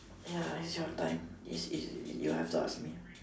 ya it's your time is is you have to ask me